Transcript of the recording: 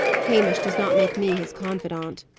hamish does not make me his confidant.